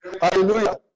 Hallelujah